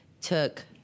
took